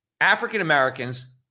African-Americans